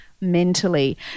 mentally